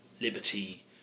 Liberty